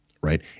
right